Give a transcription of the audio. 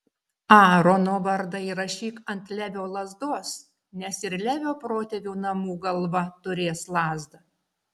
aarono vardą įrašyk ant levio lazdos nes ir levio protėvių namų galva turės lazdą